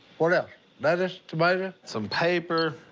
what else? lettuce? tomato? some paper,